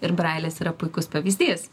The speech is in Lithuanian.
ir brailis yra puikus pavyzdys